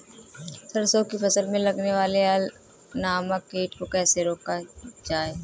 सरसों की फसल में लगने वाले अल नामक कीट को कैसे रोका जाए?